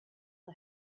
and